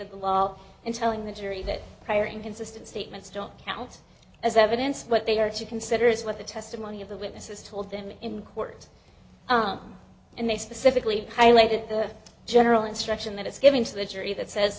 of the law and telling the jury that prior inconsistent statements don't count as evidence what they are to consider is what the testimony of the witnesses told them in court and they specifically highlighted the general instruction that is given to the jury that says